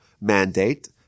mandate